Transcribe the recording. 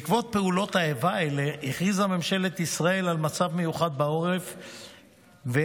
בעקבות פעולות איבה אלה הכריזה ממשלת ישראל על מצב מיוחד בעורף ומלחמה,